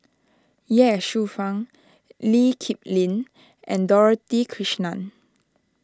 Ye Shufang Lee Kip Lin and Dorothy Krishnan